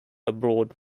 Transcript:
abroad